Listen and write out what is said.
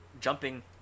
Jumping